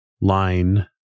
line